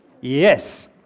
Yes